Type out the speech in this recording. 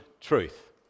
truth